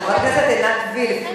חברת הכנסת עינת וילף,